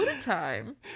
time